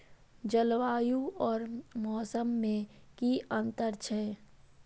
जलवायु और मौसम में कि अंतर छै?